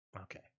Okay